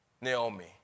Naomi